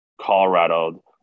Colorado